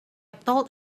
told